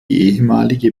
ehemalige